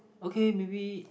okay maybe